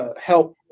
help